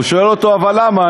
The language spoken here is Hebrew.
הוא שואל אותו: אבל למה?